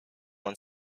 man